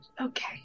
Okay